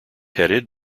headed